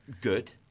good